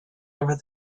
over